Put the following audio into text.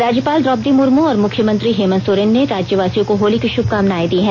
राज्यपाल द्रौपदी मुर्मू और मुख्यमंत्री हेमन्त सोरेन ने राज्यवासियों को होली की शुभकामनाएं दी है